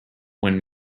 when